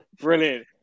Brilliant